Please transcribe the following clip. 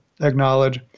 acknowledge